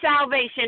salvation